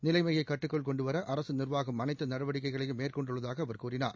நிலைமையை கட்டுக்குள் கொண்டு வர அரசு நிர்வாகம் நடவடிக்கைகளை அனைத்து மேற்கொண்டுள்ளதாக அவர் கூறினார்